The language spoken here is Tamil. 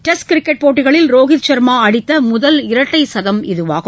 டெஸ்ட் கிரிக்கெட் போட்டிகளில் ரோஹித் ஷர்மா அடித்த முதல் இரட்டை சதம் இதுவாகும்